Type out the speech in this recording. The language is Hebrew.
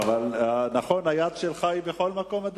אדוני, נכון שהיד שלך היא בכל מקום?